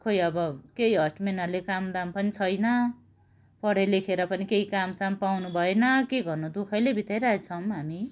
खोई अब केही हस्बेन्डहरूले कामदाम पनि छैन पढेलेखेर पनि केही काम साम पाउनु भएन के गर्नु दुःखैले बिताइरहेछौँ हामी